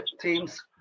teams